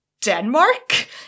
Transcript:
Denmark